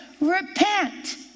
Repent